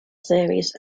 theories